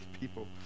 people